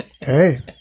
Hey